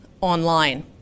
online